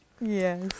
Yes